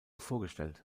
vorgestellt